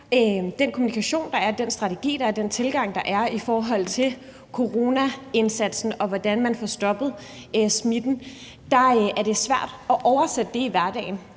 den kommunikation, strategi og tilgang, der er i forhold til coronaindsatsen, og hvordan man får stoppet smitten, er svær at oversætte i hverdagen.